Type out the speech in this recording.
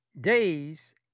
days